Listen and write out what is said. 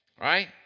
Right